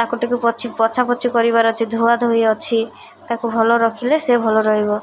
ତାକୁ ଟିକିଏ ପୋଛି ପୋଛାପୋଛି କରିବାର ଅଛି ଧୁଆ ଧୋଇ ଅଛି ତାକୁ ଭଲରେ ରଖିଲେ ସେ ଭଲ ରହିବ